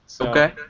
Okay